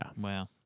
Wow